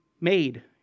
made